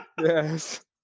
yes